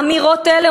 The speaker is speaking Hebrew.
אמירות אלה",